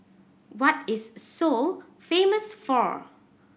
what is Seoul famous for